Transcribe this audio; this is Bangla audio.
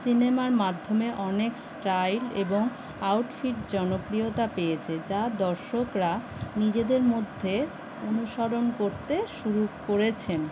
সিনেমার মাধ্যমে অনেক স্টাইল এবং আউটফিট জনপ্রিয়তা পেয়েছে যা দর্শকরা নিজেদের মধ্যে অনুসরণ করতে শুরু করেছেন